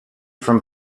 from